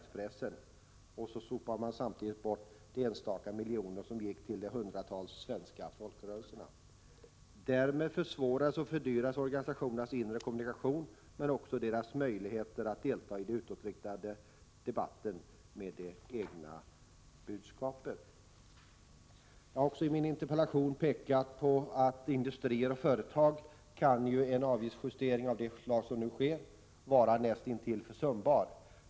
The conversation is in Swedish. Sedan övergår man i brevet till att vara egenberömmande över det svenska televerket för att på de sista raderna konstatera att kvartalsavgiften för organisationer kommer att näst intill tredubblas till 1 200 kr. om året. För industrier och företag kan en sådan här avgiftsjustering vara näst intill försumbar.